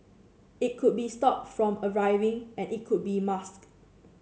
it could be stopped from arriving and it could be masked